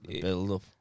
build-up